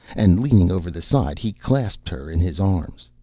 and leaning over the side he clasped her in his arms.